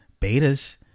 betas